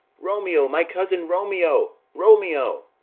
romeo! my cousin romeo! romeo!